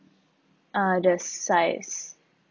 uh the size